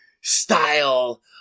style